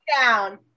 down